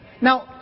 Now